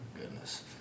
Goodness